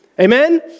Amen